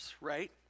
right